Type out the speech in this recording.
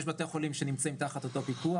יש בתי חולים שנמצאים תחת אותו פיקוח